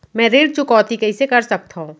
मैं ऋण चुकौती कइसे कर सकथव?